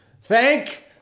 thank